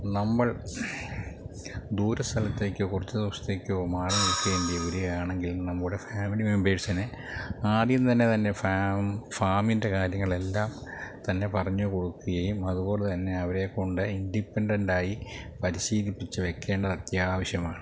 നമ്മൾ ദൂര സ്ഥലത്തേക്കോ കുറച്ചു ദിവസത്തേക്കോ മാറി നിൽക്കേണ്ടി വരാണെങ്കിൽ നമ്മുടെ ഫാമിലി മെമ്പേഴ്സിനെ ആദ്യം തന്നെ തന്നെ ഫാം ഫാമിൻ്റെ കാര്യങ്ങളെല്ലാം തന്നെ പറഞ്ഞുകൊടുക്കുകയും അതുപോലെ തന്നെ അവരെ കൊണ്ട് ഇൻഡിപെൻഡൻറ്റായി പരിശീലിപ്പിച്ച് വെയ്ക്കേണ്ടതത്യാവശ്യമാണ്